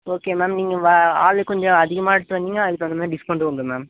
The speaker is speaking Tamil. ஓகே மேம் நீங்கள் வா ஆளுக்கு கொஞ்சம் அதிகமாக எடுத்து வந்திங்கன்னா அதுக்கு தகுந்த மாதிரி டிஸ்கவுண்ட்டு உண்டு மேம்